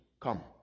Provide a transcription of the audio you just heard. come